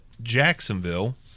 jacksonville